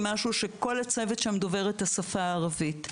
משהו שכל הצוות בו דובר את השפה הערבית.